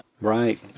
Right